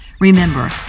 Remember